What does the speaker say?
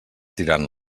tirant